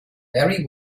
very